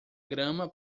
grama